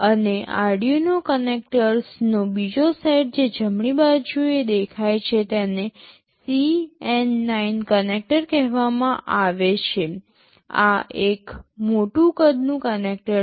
અને Arduino કનેક્ટર્સનો બીજો સેટ જે જમણી બાજુએ દેખાય છે તેને CN9 કનેક્ટર કહેવામાં આવે છે આ એક મોટું કદનું કનેક્ટર છે